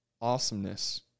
awesomeness